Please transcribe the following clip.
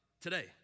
today